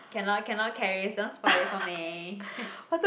cannot cannot Charis don't spoil it for me